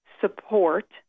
Support